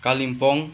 Kalimpong